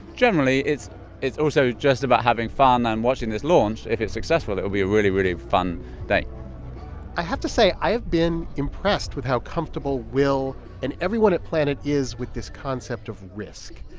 generally, it's it's also about having fun and watching this launch. if it's successful, it'll be a really, really fun day i have to say i have been impressed with how comfortable will and everyone at planet is with this concept of risk.